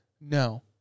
No